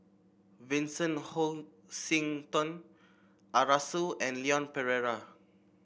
Vincent Hoisington Arasu and Leon Perera